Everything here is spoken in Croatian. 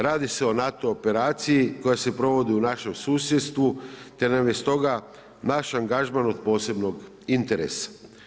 Radi se o NATO operaciji koji se provodi u našem susjedstvu, te nam je stoga naš angažman od posebnog interesa.